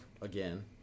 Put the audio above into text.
again